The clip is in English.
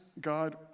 God